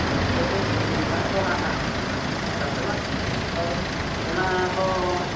suit ᱞᱩᱜᱽᱲᱤᱡ ᱱᱟᱦᱟᱜ ᱚᱱᱟ ᱱᱟᱦᱟᱜ ᱥᱟᱱᱛᱟᱲ ᱛᱮᱢᱟ ᱦᱳᱭ ᱚᱱᱟ ᱠᱚ